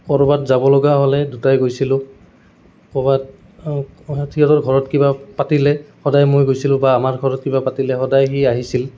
ক'ৰবাত যাব লগা হ'লে দুটাই গৈছিলোঁ ক'ৰবাত থিয়েটাৰ ঘৰত কিবা পাতিলে সদায় মই গৈছিলোঁ বা আমাৰ ঘৰত কিবা পাতিলে সদায় সি আহিছিল